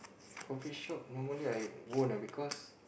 coffee shop normally I won't ah because